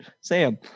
Sam